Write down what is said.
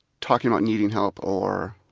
talking about needing help or